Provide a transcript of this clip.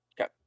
Okay